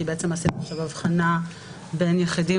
כי בעצם עשינו עכשיו הבחנה בין יחידים